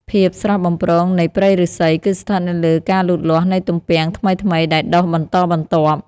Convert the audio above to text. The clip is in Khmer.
ភាពស្រស់បំព្រងនៃព្រៃឫស្សី គឺស្ថិតនៅលើការលូតលាស់នៃទំពាំងថ្មីៗដែលដុះបន្តបន្ទាប់។